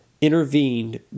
intervened